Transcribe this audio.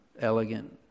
elegant